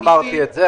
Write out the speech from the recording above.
לא אמרתי את זה.